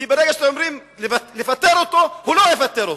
כי ברגע שאתם אומרים לפטר אותו, הוא לא יפטר אותו.